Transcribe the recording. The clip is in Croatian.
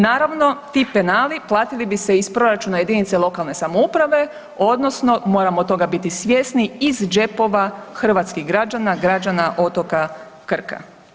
Naravno, ti penali platili bi se iz proračuna jedinice lokalne samouprave odnosno, moramo toga biti svjesni, iz džepova hrvatskih građana otoka Krka.